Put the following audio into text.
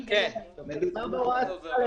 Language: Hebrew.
מדובר בהוראת שעה.